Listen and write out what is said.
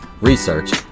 research